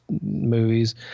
movies